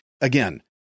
again